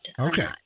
Okay